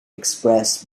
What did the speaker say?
express